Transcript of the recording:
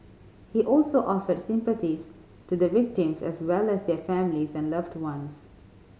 he also offered sympathies to the victims as well as their families and loved ones